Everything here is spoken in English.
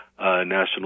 National